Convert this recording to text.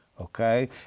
okay